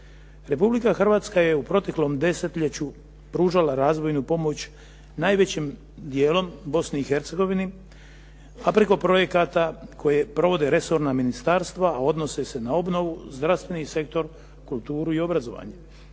Republika Hrvatska je u proteklom desetljeću pružala razvojnu pomoć najvećim dijelom Bosni i Hercegovini, a preko projekata koje provode resorna ministarstva odnose se na obnovu, zdravstveni sektor, kulturu i obrazovanje.